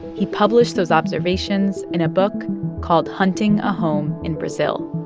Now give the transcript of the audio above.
he published those observations in a book called hunting a home in brazil.